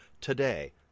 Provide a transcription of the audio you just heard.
today